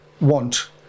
want